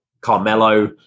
Carmelo